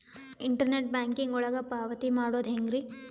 Internet banking ಒಳಗ ಪಾವತಿ ಮಾಡೋದು ಹೆಂಗ್ರಿ?